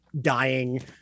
dying